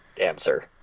answer